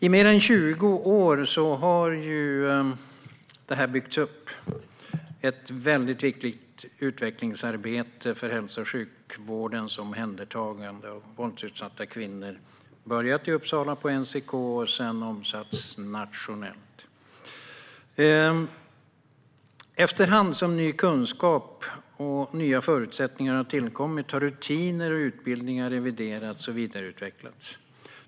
I mer än 20 år har detta byggts upp. Det är ett väldigt viktigt utvecklingsarbete när det gäller hälso och sjukvårdens omhändertagande av våldsutsatta kvinnor. Det började i Uppsala på NCK och har sedan omsatts nationellt. Efter hand som ny kunskap och nya förutsättningar har tillkommit har rutiner och utbildningar reviderats och vidareutvecklats.